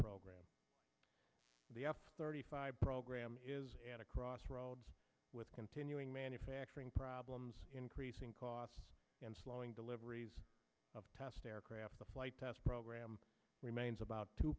program the f thirty five program across roads with continuing manufacturing problems increasing costs and slowing deliveries of aircraft the flight test program remains about